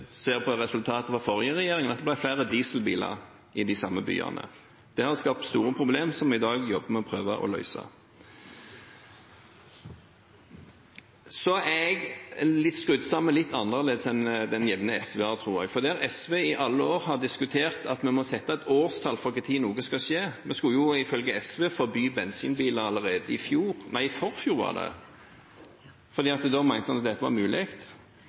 ser på resultatet fra forrige regjering, da det ble flere dieselbiler i de samme byene. Det har skapt store problemer, som vi i dag jobber med å prøve å løse. Så er jeg skrudd sammen litt annerledes enn den jevne SV-er, tror jeg, for der SV i alle år har diskutert at vi må sette et årstall for når noe skal skje – vi skulle jo ifølge SV forby bensinbiler allerede i forfjor, fordi en mente at da var dette mulig – er jeg mer opptatt av